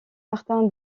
martin